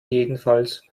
jedenfalls